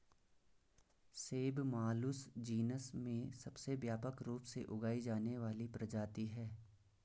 सेब Malus genus में सबसे व्यापक रूप से उगाई जाने वाली प्रजाति है